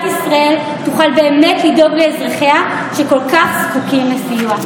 ישראל תוכל באמת לדאוג לאזרחיה שכל כך זקוקים לסיוע.